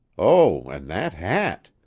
oh, an' that hat!